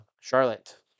charlotte